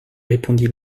répondit